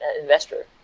investor